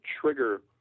trigger